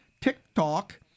TikTok